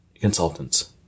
consultants